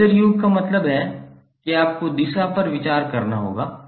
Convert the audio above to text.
phasor योग का मतलब है कि आपको दिशा पर विचार करना होगा